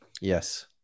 Yes